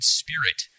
spirit